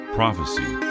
prophecy